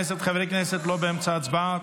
התשפ"ד 2024, לוועדת העבודה והרווחה נתקבלה.